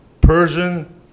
Persian